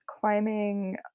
climbing